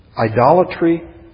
idolatry